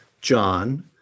John